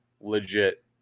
legit